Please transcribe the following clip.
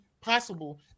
possible